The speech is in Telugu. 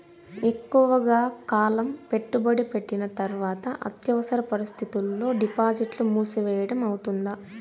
ఎక్కువగా కాలం పెట్టుబడి పెట్టిన తర్వాత అత్యవసర పరిస్థితుల్లో డిపాజిట్లు మూసివేయడం అవుతుందా?